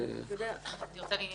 אני רוצה לדבר בעניין